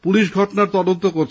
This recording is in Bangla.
পুলিশ ঘটনার তদন্ত করছে